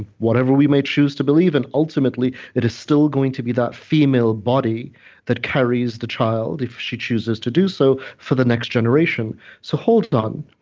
whatever we may choose to believe in, ultimately, it is still going to be that female body that carries the child, if she chooses to do so, for the next generation so, hold on.